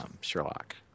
Sherlock